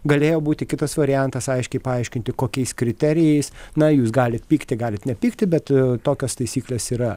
galėjo būti kitas variantas aiškiai paaiškinti kokiais kriterijais na jūs galit pykti galit nepykti bet tokios taisyklės yra